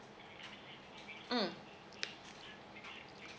mm